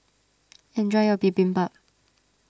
enjoy your Bibimbap